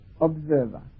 observer